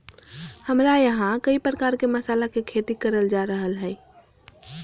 हमरा यहां कई प्रकार के मसाला के खेती करल जा रहल हई